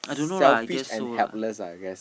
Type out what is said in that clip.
selfish and helpless ah I guess